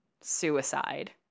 suicide